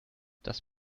das